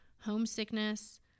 homesickness